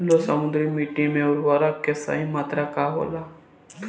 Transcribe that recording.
लौह समृद्ध मिट्टी में उर्वरक के सही मात्रा का होला?